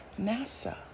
NASA